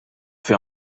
fer